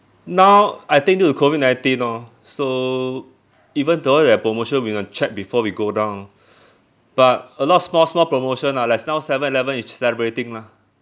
now I think due to COVID nineteen orh so even though there are promotion we must check before we go down but a lot small small promotion lah like now seven eleven is celebrating mah